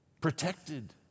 Protected